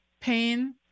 pain